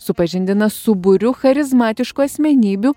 supažindina su būriu charizmatiškų asmenybių